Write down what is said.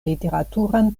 literaturan